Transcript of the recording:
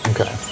Okay